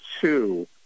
two